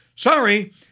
Sorry